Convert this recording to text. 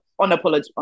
Unapologetic